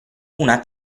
una